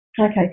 Okay